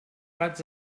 raig